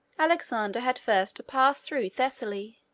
alexander had first to pass through thessaly,